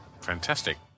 fantastic